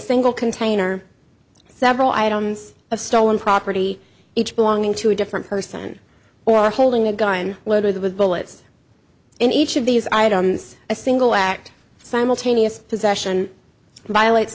single container several items of stolen property each belonging to a different person or holding a gun loaded with bullets in each of these items a single act simultaneous possession violates